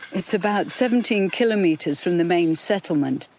it's about seventeen kilometres from the main settlement,